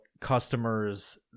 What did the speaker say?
customers